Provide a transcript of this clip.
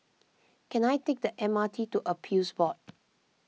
can I take the M R T to Appeals Board